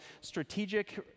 strategic